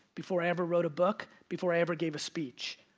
before i ever wrote a book, before i ever gave a speech.